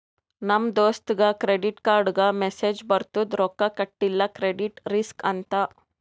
ನಮ್ ದೋಸ್ತಗ್ ಕ್ರೆಡಿಟ್ ಕಾರ್ಡ್ಗ ಮೆಸ್ಸೇಜ್ ಬರ್ತುದ್ ರೊಕ್ಕಾ ಕಟಿಲ್ಲ ಕ್ರೆಡಿಟ್ ರಿಸ್ಕ್ ಅಂತ್